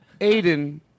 Aiden